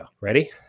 Ready